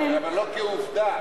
אבל לא כעובדה.